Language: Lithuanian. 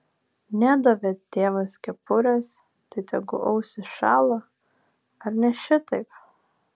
nedavė tėvas kepurės tai tegu ausys šąla ar ne šitaip